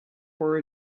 for